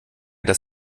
dass